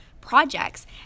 projects